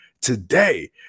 today